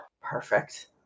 Perfect